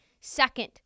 second